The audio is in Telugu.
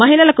మహిళలకు